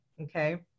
okay